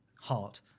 heart